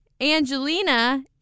Angelina